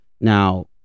Now